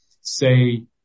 say